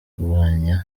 kurwanya